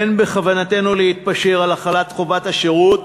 אין בכוונתנו להתפשר על החלת חובת השירות